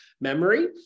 memory